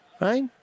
Right